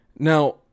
Now